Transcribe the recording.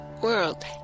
world